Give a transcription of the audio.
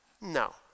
No